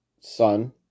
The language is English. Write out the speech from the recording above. son